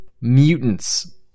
mutants